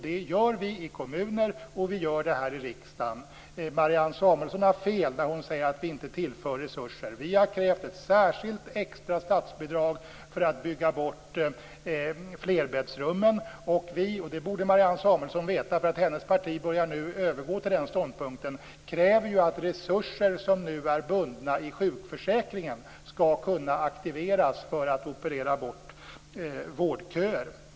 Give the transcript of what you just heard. Det gör vi i kommuner, och vi gör det här i riksdagen. Marianne Samuelsson har fel när hon säger att vi inte tillför resurser. Vi har krävt ett särskilt extra statsbidrag för att bygga bort flerbäddsrummen. Vi kräver - det borde Marianne Samuelsson veta, för hennes parti börjar nu övergå till den ståndpunkten - att resurser som nu är bundna i sjukförsäkringen skall kunna aktiveras för att operera bort vårdköer.